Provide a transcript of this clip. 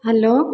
hello